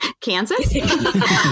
Kansas